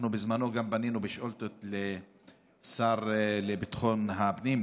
בזמנו גם פנינו בשאילתות לשר לביטחון הפנים,